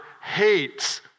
hates